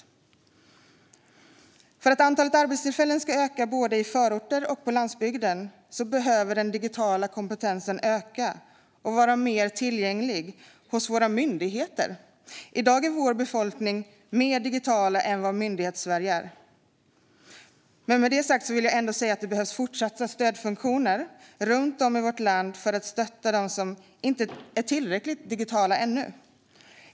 För att antalet arbetstillfällen ska öka både i förorter och på landsbygden behöver den digitala kompetensen öka och vara mer tillgänglig hos våra myndigheter. I dag är vår befolkning mer digital än vad Myndighetssverige är. Med det sagt vill jag ändå understryka att det behövs fortsatta stödfunktioner runt om i vårt land för att stötta dem som inte är tillräckligt digitala ännu.